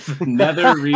Nether